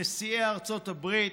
נשיאי ארצות הברית,